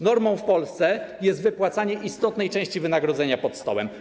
Normą w Polsce jest wypłacanie istotnej części wynagrodzenia pod stołem.